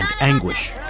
anguish